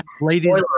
Ladies